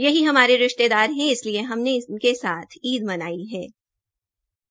यही हमारे रिश्तेदार है इसलिए हमरे इसके साथ ईद मनाई मनाई हे